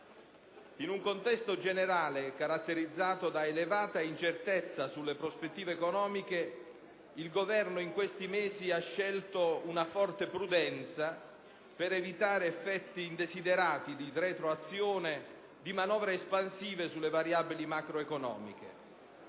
In un contesto generale caratterizzato da elevata incertezza sulle prospettive economiche, il Governo in questi mesi ha scelto una forte prudenza per evitare effetti indesiderati di retroazione di manovre espansive sulle variabili macroeconomiche.